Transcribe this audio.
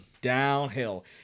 downhill